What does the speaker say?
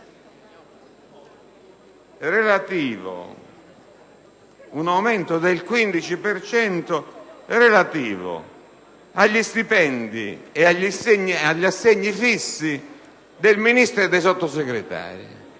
in aumento: quello relativo agli stipendi e agli assegni fissi di Ministro e Sottosegretari.